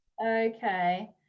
Okay